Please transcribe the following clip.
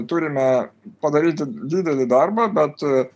turime padaryti didelį darbą bet